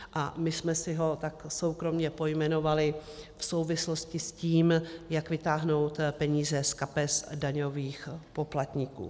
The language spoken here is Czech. A my jsme si ho soukromě pojmenovali v souvislosti s tím: jak vytáhnout peníze z kapes daňových poplatníků.